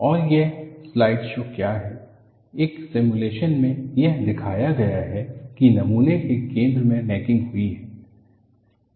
और यह slide show क्या है एक सिमुलेशन में यह दिखाया गया है कि नमूने के केंद्र में नेकिंग हुई है